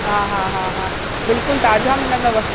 हा हा हा हा बिल्कुलु ताज़ा मिलंदव